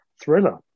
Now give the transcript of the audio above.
thriller